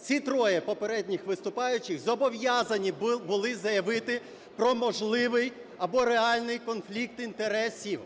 ці троє попередніх виступаючих зобов'язані були заявити про можливий або реальний конфлікт інтересів.